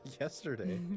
Yesterday